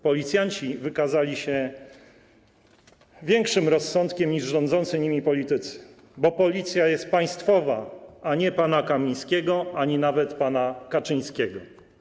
Policjanci wykazali się większym rozsądkiem niż rządzący nimi politycy, bo Policja jest państwowa, a nie pana Kamińskiego ani nawet pana Kaczyńskiego.